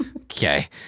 Okay